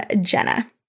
Jenna